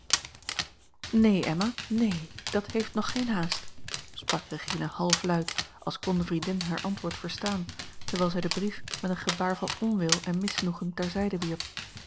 neen emma neen dat heeft nog geen haast sprak regina halfluid als kon de vriendin haar antwoord verstaan terwijl zij den brief met een gebaar van onwil en misnoegen ter zijde